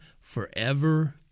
forever